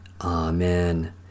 Amen